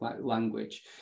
language